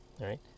right